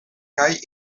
kaj